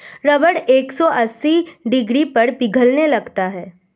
rubber एक सौ अस्सी डिग्री पर पिघलने लगता है